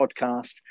podcast